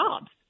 jobs